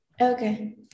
Okay